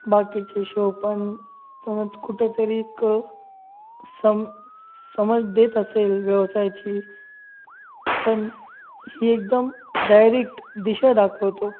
बाकीचे शो पण कुठंतरी एक सम स समज देत असेल व्यवसायाची पण ही एकदम डायरेक्ट दिशा दाखवतो